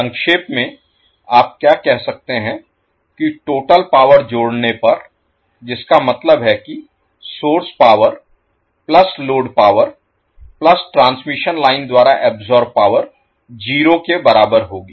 संक्षेप में आप क्या कह सकते हैं कि टोटल पावर जोड़ने पर जिसका मतलब है की source power plus load power plus transmission line द्वारा अब्सोर्ब पावर 0 के बराबर होगी